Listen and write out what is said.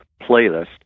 playlist